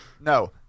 No